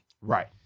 Right